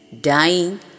dying